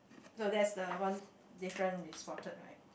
so that's the one different we spotted right